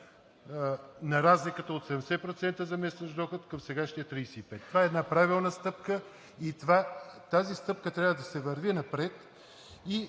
на разликата от 70% заместващ доход към сегашния 32. Това е една правилна стъпка и с тази стъпка трябва да се върви напред.